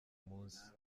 munsi